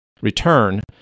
return